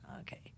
Okay